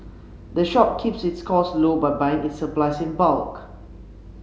the shop keeps its costs low by buying its supplies in bulk